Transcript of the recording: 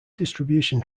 distribution